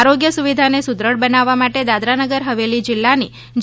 આરોગ્ય સુવિધાને સુદ્યઢ બનાવવા માટે દાદરા નગર હવેલી જિલ્લાની જે